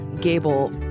Gable